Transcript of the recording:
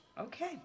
Okay